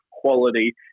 quality